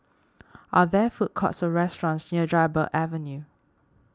are there food courts or restaurants near Dryburgh Avenue